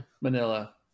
Manila